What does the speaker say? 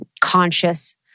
conscious